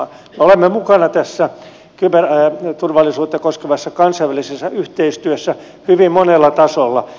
me olemme mukana tässä kyberturvallisuutta koskevassa kansainvälisessä yhteistyössä hyvin monella tasolla